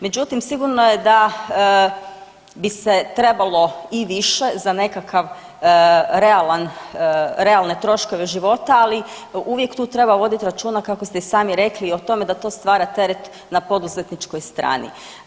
Međutim, sigurno je da bi se trebalo i više za nekakav realan, realne troškove života, ali uvijek tu treba voditi računa kako ste i sami rekli o tome da to stvara teret na poduzetničkoj strani.